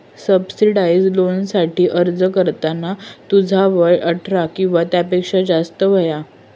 subsidised लोनसाठी अर्ज करताना तुझा वय अठरा किंवा त्यापेक्षा जास्त हव्या